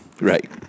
Right